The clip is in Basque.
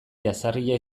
jazarria